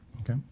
okay